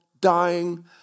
dying